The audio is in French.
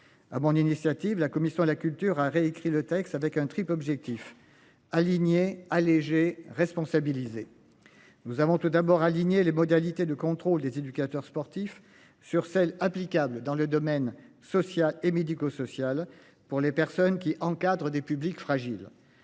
à mon initiative, la commission de la culture a réécrit le texte avec un triple objectif. Alléger responsabilisés. Nous avons tout d'abord aligné les modalités de contrôle des éducateurs sportifs sur celle applicable dans le domaine social et médico-social pour les personnes qui encadrent des publics fragiles.